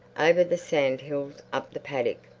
over the sand-hills, up the paddock.